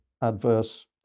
adverse